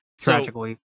tragically